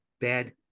bad